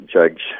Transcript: Judge